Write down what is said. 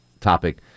topic